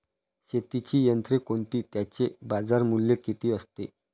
शेतीची यंत्रे कोणती? त्याचे बाजारमूल्य किती असते?